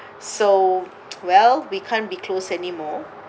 so well we can't be close anymore